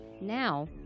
Now